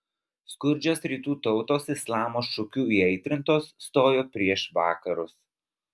skurdžios rytų tautos islamo šūkių įaitrintos stojo prieš vakarus